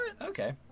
Okay